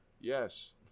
yes